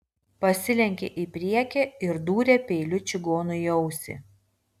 pasilenkė į priekį ir dūrė peiliu čigonui į ausį